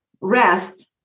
rest